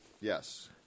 Yes